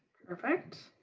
perfect.